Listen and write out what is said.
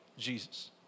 Jesus